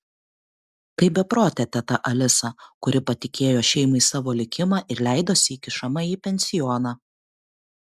kaip beprotė teta alisa kuri patikėjo šeimai savo likimą ir leidosi įkišama į pensioną